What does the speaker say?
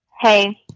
Hey